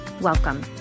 Welcome